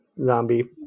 zombie